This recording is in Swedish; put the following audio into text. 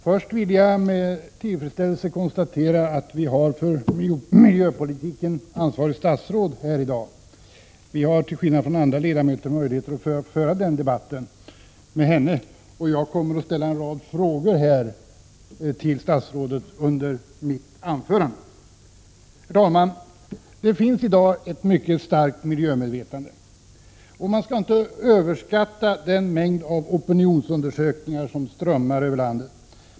Herr talman! Det finns i dag ett starkt miljömedvetande. Man skall inte överskatta den mängd av opinionsundersökningar som strömmar över landet.